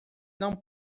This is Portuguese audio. não